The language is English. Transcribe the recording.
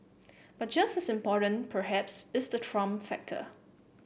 but just as important perhaps is the Trump factor